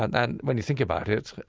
and, when you think about it,